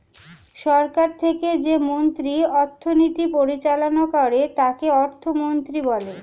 সরকার থেকে যে মন্ত্রী অর্থনীতি পরিচালনা করে তাকে অর্থমন্ত্রী বলে